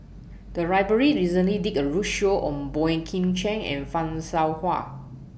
The Library recently did A roadshow on Boey Kim Cheng and fan Shao Hua